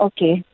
Okay